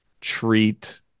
treat